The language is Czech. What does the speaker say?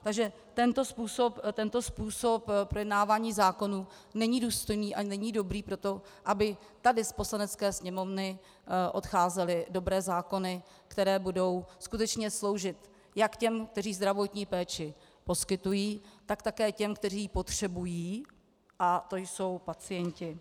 Takže tento způsob projednávání zákonů není důstojný a není dobrý pro to, aby tady z Poslanecké sněmovny odcházely dobré zákony, které budou skutečně sloužit jak těm, kteří zdravotní péči poskytují, tak také těm, kteří ji potřebují, a to jsou pacienti.